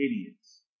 idiots